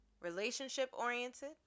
Relationship-oriented